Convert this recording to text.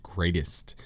Greatest